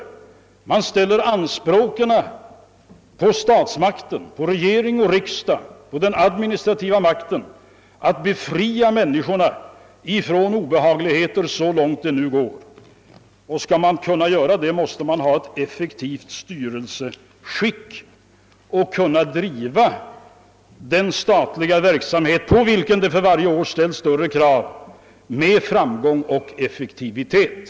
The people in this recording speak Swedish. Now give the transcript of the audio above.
Man ställer anspråk på statsmakterna, på regeringen och riksdagen, att de skall befria medborgarna från obehagligheter så långt detta går. Och skall man göra det, så måste man ha ett effektivt styrelseskick, vi måste kunna driva den statliga verksamheten — som det för varje år ställes allt större krav på — med framgång och effektivitet.